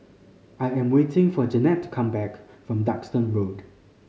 I am waiting for Janette to come back from Duxton Road